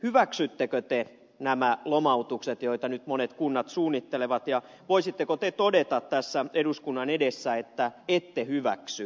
hyväksyttekö te nämä lomautukset joita nyt monet kunnat suunnittelevat ja voisitteko te todeta tässä eduskunnan edessä että ette hyväksy